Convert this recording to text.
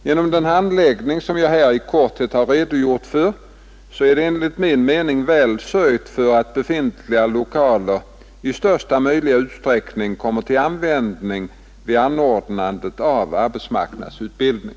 Genom den handläggning som jag här i korthet har redogjort för är det enligt min mening väl sörjt för att befintliga lokaler i största möjliga utsträckning kommer till användning vid anordnandet av arbetsmarknadsutbildning.